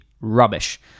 rubbish